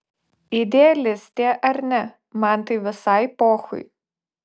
idealistė ar ne man tai visai pochui